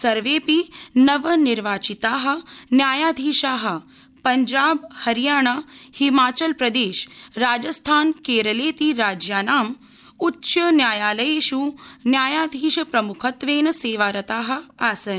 सर्वेडपि नवनिर्वाचिता न्यायाधीशा पञ्जाब हरियाणा हिमाचलप्रदेश राजस्थान केरलेति राज्यानाम् उच्चन्यायालयेष् न्यायाधीशप्रमुखत्वेन सेवारता आसन्